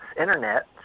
Internet